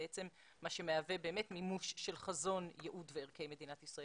בעצם מה שמהווה באמת מימוש של חזון ייעוד וערכי מדינת ישראל.